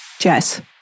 jess